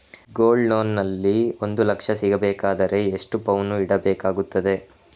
Gold loan ನಲ್ಲಿ ಒಂದು ಲಕ್ಷ ಸಿಗಬೇಕಾದರೆ ಎಷ್ಟು ಪೌನು ಇಡಬೇಕಾಗುತ್ತದೆ?